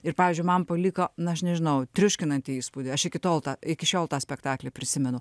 ir pavyzdžiui man paliko na aš nežinau triuškinantį įspūdį aš iki tol tą iki šiol tą spektaklį prisimenu